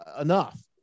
enough